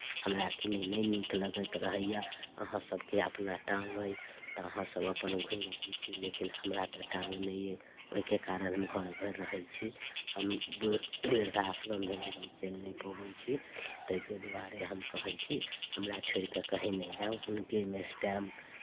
हमरा किने नहि नीक लगैत रहैए अहाँसभके अपना टांग अइ तऽ अहाँसभ अपन घुमि अबैत छी लेकिन हमरा तऽ टांग नहि अइ ओहिके कारण हम घरे पर रहैत छी हम बूढ़ वृद्धाश्रम भेलहुँ हम चलि नहि पबैत छी ताहिके द्वारे हम कहैत छी हमरा छोड़ि कऽ कहीँ नहि जाउ हुनकेमे सँ टाइम